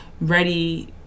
ready